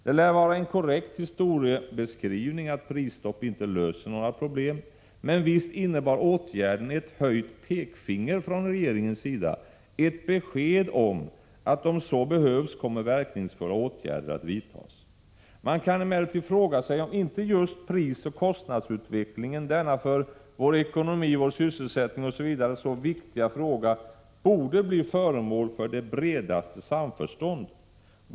Det lär vara en korrekt historiebeskrivning att säga att prisstopp inte löser några problem, men visst innebar åtgärden ett höjt pekfinger från regeringens sida, ett besked om att om så behövs kommer verkningsfulla åtgärder att vidtas. Man kan emellertid fråga sig om inte just prisoch kostnadsutvecklingen, denna för vår ekonomi, vår sysselsättning osv. så viktiga fråga, borde bli föremål för det bredaste samförstånd.